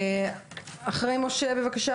אחרי משה בבקשה,